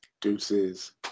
Deuces